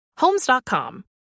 Homes.com